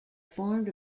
formed